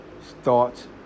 thoughts